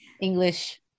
English